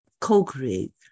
co-create